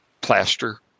plaster